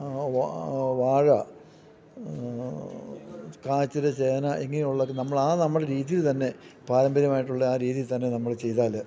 വാ വാഴ കാച്ചിൽ ചേന ഇങ്ങനെയുള്ളത് ഒക്കെ നമ്മൾ ആ നമ്മുടെ രീതിയിൽ തന്നെ പാരമ്പര്യമായിട്ടുള്ള ആ രീതിയിൽ തന്നെ നമ്മൾ ചെയ്താൽ